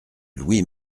louis